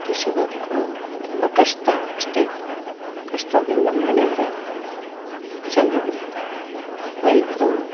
ಕೃಷಿ ಬದುಕು ತುಂಬ ಕಷ್ಟ ಅಷ್ಟೇ ಕಷ್ಟದಿಂದ ಮಾಡಿದರೆ ಚೆನ್ನಾಗಿರುತ್ತೆ ರೈತರು